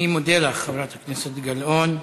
אני מודה לך, חברת הכנסת גלאון.